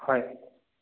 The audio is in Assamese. হয়